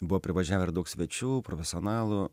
buvo privažiavę ir daug svečių profesionalų